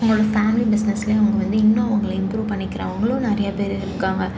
அவங்களோடய ஃபேமிலி பிஸ்னஸ்லையும் அவங்க வந்து இன்னும் அவங்களை இம்ப்ரூவ் பண்ணிக்கிறவங்களும் நிறையா பேர் இருக்காங்க